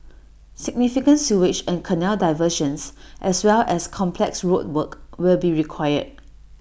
significant sewage and canal diversions as well as complex road work will be required